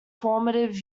formative